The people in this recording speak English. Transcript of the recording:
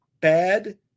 bad